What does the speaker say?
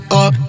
up